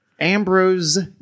Ambrose